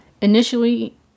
Initially